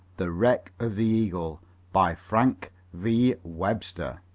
the wreck of the eagle by frank v. webster